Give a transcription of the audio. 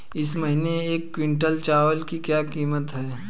इस महीने एक क्विंटल चावल की क्या कीमत है?